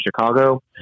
Chicago